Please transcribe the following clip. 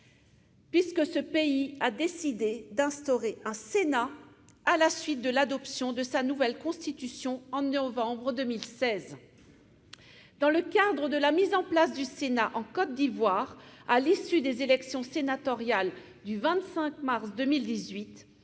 puisque ce pays a décidé d'instaurer un Sénat, à la suite de l'adoption de sa nouvelle Constitution, en novembre 2016. Dans le cadre de la mise en place du Sénat en Côte d'Ivoire à l'issue des élections sénatoriales du 25 mars 2018,